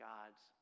God's